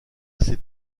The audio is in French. assez